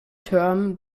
term